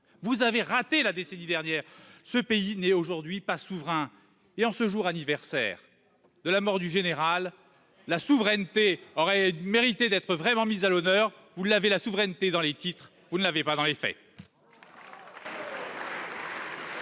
vous avez raté la décennie dernière ce pays n'est aujourd'hui pas souverain et en ce jour anniversaire de la mort du général, la souveraineté aurait mérité d'être vraiment mise à l'honneur, vous l'avez la souveraineté dans les titres, vous ne l'avez pas dans les faits.